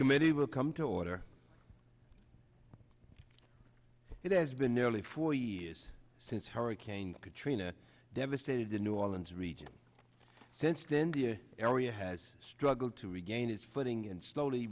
committee will come to order it has been nearly four years since hurricane katrina devastated the new orleans region since then the area has struggled to regain its footing and slowly